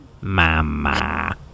Mama